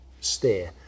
steer